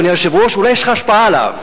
אדוני היושב-ראש: אולי יש לך השפעה עליו,